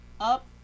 up